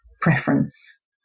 preference